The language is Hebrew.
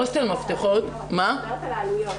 הוסטל 'מפתחות' --- את מדברת על העלויות.